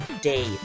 day